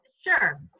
Sure